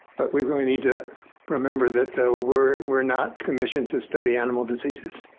but we really need to remember that though we're we're not commissioned to study animal diseases.